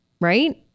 right